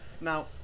Now